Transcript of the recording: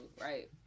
right